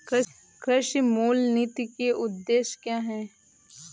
कृषि मूल्य नीति के उद्देश्य क्या है?